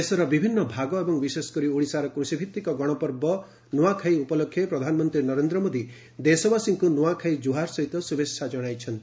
ଦେଶର ବିଭିନ୍ନ ଭାଗ ଏବଂ ବିଶେଷକରି ଓଡ଼ିଶାର କୃଷିଭିଭିକ ଗଣପର୍ବ ନୂଆଖାଇ ଉପଲକ୍ଷେ ପ୍ରଧାନମନ୍ତ୍ରୀ ନରେନ୍ଦ୍ର ମୋଦି ଦେଶବାସୀଙ୍କୁ ନୂଆଖାଇ ଜୁହାର ସହିତ ଶୁଭେଚ୍ଛା ଜଣାଇଚ୍ଚନ୍ତି